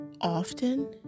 often